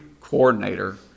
coordinator